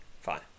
fine